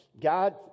God